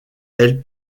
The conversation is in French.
elle